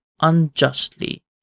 unjustly